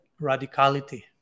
radicality